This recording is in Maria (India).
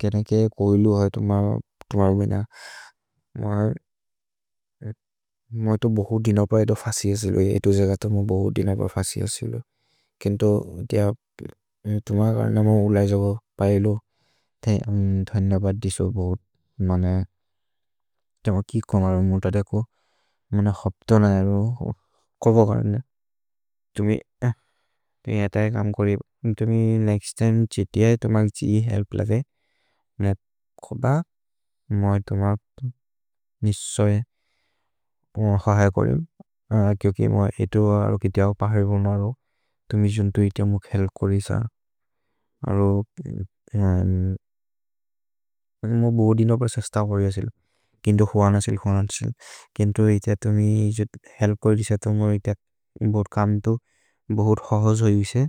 केनेगेर् कोइलु होइ तुमर् विन। मोइ तो बोहु दिनौप एतो फसियो सिलो, एतो जेग तो बोहु दिनौप फसियो सिलो। केन्तो दिअ तुमग नम उलैजो पएलो। ध्वनि नबर् दिसो बोहुत्। तेम कि कोन्गरो मुत देको। मन क्सप्तोन नरो। कोब करने। तुमि अत ए कम् करि। तुमि नेक्स्त् तिमे त्क्सेतिअ ए तुमगि त्क्सी हेल्प्ल दे। कोब, मोइ तुमग निसो ए। कोह ए कोरेम्। किओ कि मोइ एतो अरो किति औ पहरिबु मरो। तुमि जुन्तो इते अमुक् हेल्प् कोरि स। मोइ बोहु दिनौप सस्त करिओ सिलो। केन्तो हुअन सिलो, हुअन सिलो। केन्तो इते तुमि हेल्प् कोरि स। तुमगि इते बोर् कम् तो बोर् होहो जोयु से।